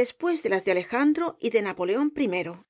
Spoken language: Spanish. después de las de alejandro el caballero de las botas azules y de napoleón